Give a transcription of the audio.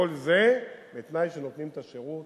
כל זה בתנאי שנותנים את השירות,